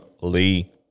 Lee